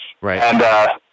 Right